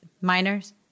minors